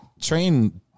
train